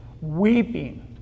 weeping